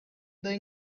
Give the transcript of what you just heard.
the